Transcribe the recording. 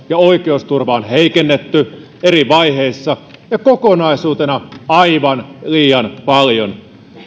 ja oikeusturvaa on heikennetty eri vaiheissa ja kokonaisuutena aivan liian paljon